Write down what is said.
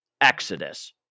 exodus